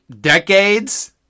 decades